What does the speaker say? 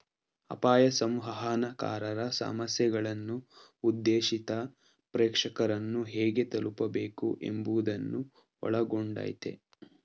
ಅಪಾಯ ಸಂವಹನಕಾರರ ಸಮಸ್ಯೆಗಳು ಉದ್ದೇಶಿತ ಪ್ರೇಕ್ಷಕರನ್ನು ಹೇಗೆ ತಲುಪಬೇಕು ಎಂಬುವುದನ್ನು ಒಳಗೊಂಡಯ್ತೆ